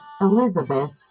Elizabeth